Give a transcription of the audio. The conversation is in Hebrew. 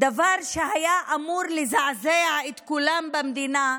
דבר שהיה אמור לזעזע את כולם במדינה,